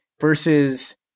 versus –